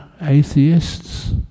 atheists